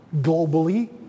globally